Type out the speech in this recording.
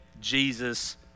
Jesus